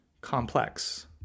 complex